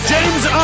James